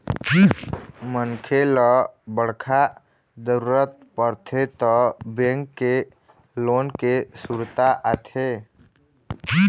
मनखे ल बड़का जरूरत परथे त बेंक के लोन के सुरता आथे